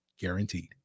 guaranteed